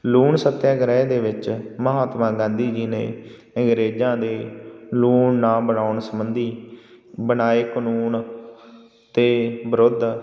ਲੂਣ ਸੱਤਿਆਗ੍ਰਹਿ ਦੇ ਵਿੱਚ ਮਹਾਤਮਾ ਗਾਂਧੀ ਜੀ ਨੇ ਅੰਗਰੇਜ਼ਾਂ ਦੇ ਲੂਣ ਨਾ ਬਣਾਉਣ ਸੰਬੰਧੀ ਬਣਾਏ ਕਾਨੂੰਨ ਦੇ ਵਿਰੁੱਧ